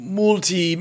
multi